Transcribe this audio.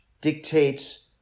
dictates